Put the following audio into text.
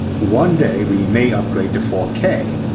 one day we may upgrade to four k,